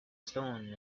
stone